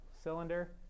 cylinder